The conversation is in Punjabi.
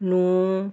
ਨੂੰ